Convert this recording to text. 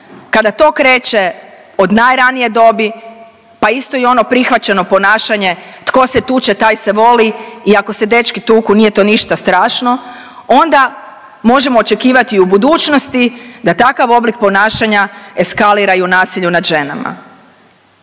Kada to kreće od najranije dobi, pa isto i ono prihvaćeno ponašanje, tko se tuče, taj se voli i ako se dečki tuku, nije to ništa strašno, onda možemo očekivati i u budućnosti da takav oblik ponašanja eskalira i u nasilju nad ženama.